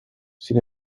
sin